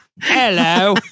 hello